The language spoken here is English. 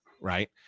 right